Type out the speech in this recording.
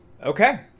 Okay